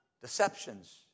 deceptions